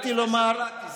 זה קרה לפני שנולדתי.